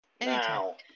Now